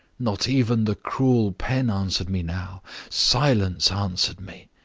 not even the cruel pen answered me now silence answered me.